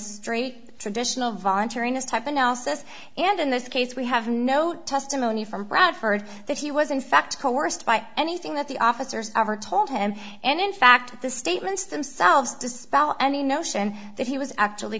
strait traditional voluntariness type analysis and in this case we have no testimony from bradford that he was in fact coerced by anything that the officers ever told him and in fact the statements themselves dispel any notion that he was actually